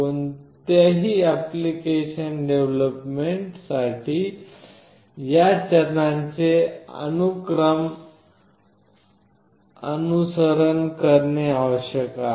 कोणत्याही application development साठी या चरणांचे अनुक्रम अनुसरण करणे आवश्यक आहे